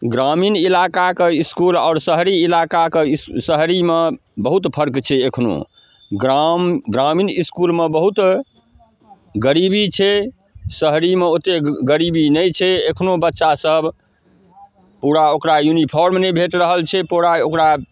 ग्रामीण इलाकाके इसकुल आओर शहरी इलाकाके इस इस शहरीमे बहुत फर्क छै एखनो ग्राम ग्रामीण इसकुलमे बहुत गरीबी छै शहरीमे ओतेक गरीबी नहि छै एखनहु बच्चासब पूरा ओकरा यूनिफार्म नहि भेटि रहल छै पूरा ओकरा